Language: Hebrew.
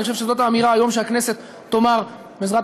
ואני חושב שזאת האמירה שהיום הכנסת תאמר בעזרת